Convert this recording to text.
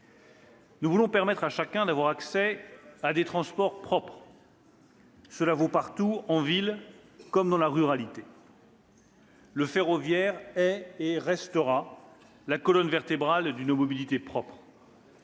Nous voulons permettre à chacun d'avoir accès à des transports propres. Cela vaut partout, en ville comme dans la ruralité. « Le ferroviaire est et restera la colonne vertébrale d'une mobilité propre.